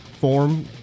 form